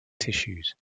tissues